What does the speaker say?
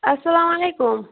السلامُ علیکُم